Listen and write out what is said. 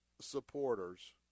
supporters